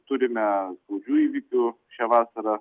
turime skaudžių įvykių šią vasarą